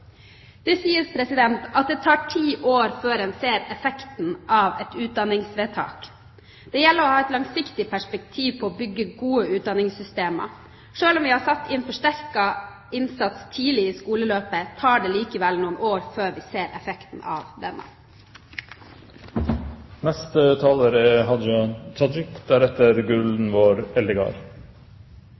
Det sies at det tar ti år før en ser effekten av et utdanningsvedtak. Det gjelder å ha et langsiktig perspektiv på å bygge gode utdanningssystemer. Selv om vi har satt inn forsterket innsats tidlig i skoleløpet, tar det likevel noen år før vi ser effekten av